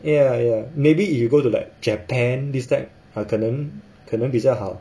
ya ya maybe if you go to like japan this type ah 可能 then 比较好